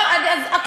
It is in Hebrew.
לא, זה לא מה שאמרתי.